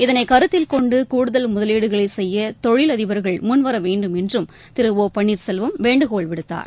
இதனை கருத்தில்கொண்டு கூடுதல் முதலீடுகளை செய்ய தொழில் அதிபர்கள் முன்வர வேண்டும் என்றும் திரு ஒபன்னீர்செல்வம் வேண்டுகோள் விடுத்தார்